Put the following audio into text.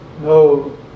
No